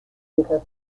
viejas